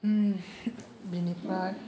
बिनिफ्राय